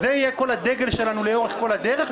זה הדגל שלכם לאורך כל הדרך,